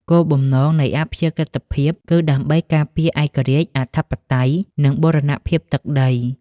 គោលបំណងនៃអព្យាក្រឹតភាពគឺដើម្បីការពារឯករាជ្យ អធិបតេយ្យ និងបូរណភាពទឹកដី។